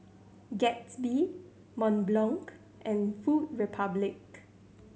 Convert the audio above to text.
Gatsby Mont Blanc and Food Republic